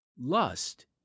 Lust